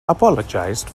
apologised